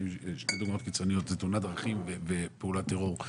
שתי דוגמאות קיצוניות - תאונת דרכים ופעולת טרור,